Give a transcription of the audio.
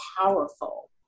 powerful